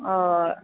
हय